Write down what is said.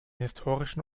historischen